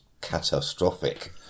catastrophic